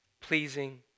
pleasing